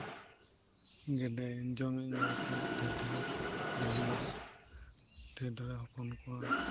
ᱜᱮᱰᱮ ᱡᱚᱢᱤᱧ ᱮᱢᱟᱭ ᱠᱷᱟᱱ ᱰᱷᱮᱨ ᱰᱷᱮᱨᱮ ᱵᱤᱞᱤᱭᱟ ᱰᱷᱮᱨ ᱰᱷᱮᱨᱮ ᱦᱚᱯᱚᱱ ᱠᱚᱣᱟ